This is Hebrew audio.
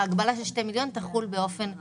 ההגבלה של שני מיליון תחול באופן רוחבי,